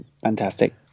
fantastic